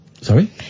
Sorry